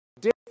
different